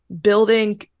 building